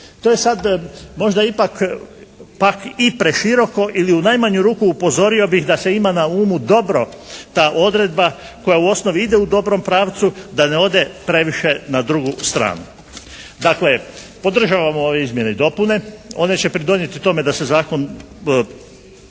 To je sada možda ipak pak i preširoko ili u najmanju ruku upozorio bih da se ima na umu dobro ta odredba koja u osnovi ide u dobrom pravcu da ne ode previše na drugu stranu. Dakle podržavamo ove izmjene i dopune. One će pridonijeti tome da se zakon